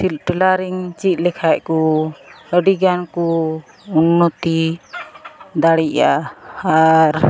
tailoring ᱪᱮᱫ ᱞᱮᱠᱷᱟᱱᱠᱚ ᱟᱹᱰᱤᱜᱟᱱᱠᱚ ᱩᱱᱱᱚᱛᱤ ᱫᱟᱲᱮᱭᱟᱜᱼᱟ ᱟᱨ